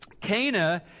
Cana